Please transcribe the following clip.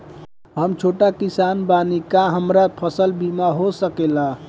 हम छोट किसान बानी का हमरा फसल बीमा हो सकेला?